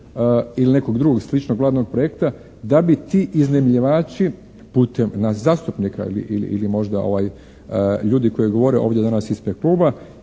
ili nekog drugog sličnog vladinog projekta da bi ti iznajmljivači putem nas zastupnika ili možda ovaj ljudi koji govore ovdje danas ispred kluba,